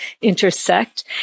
intersect